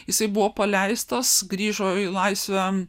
jisai buvo paleistas grįžo į laisvę